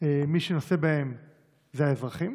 מי שנושא בהן זה האזרחים?